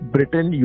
Britain